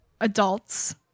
adults